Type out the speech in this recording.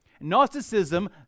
Gnosticism